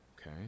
okay